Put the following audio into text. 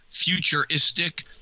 futuristic